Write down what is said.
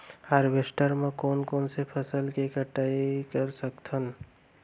Harvester म कोन कोन से फसल के कटाई कर सकथन?